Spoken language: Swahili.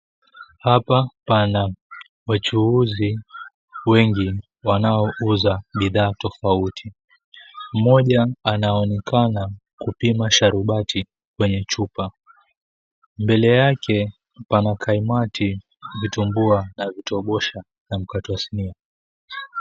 Hapa pana wachuuzi wengi wanaouza bidhaa tofauti, mmoja anaonekana kupima sharubati kwenye chupa, mbele yake pana kaimati, vitumbua na vitobosha na mkate wa sinia.